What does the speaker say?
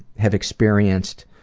have experienced